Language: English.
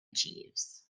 jeeves